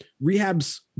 Rehab's